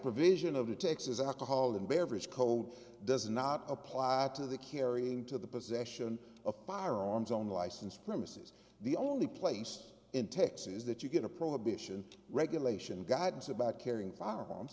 provision of the texas alcohol and beverage code does not apply to the carrying to the possession of firearms on licensed premises the only place in texas that you get a prohibition regulation guidance about carrying firearms